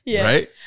right